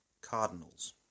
Cardinals